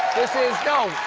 this is no,